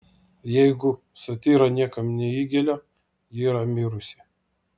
jeigu satyra niekam neįgelia ji yra mirusi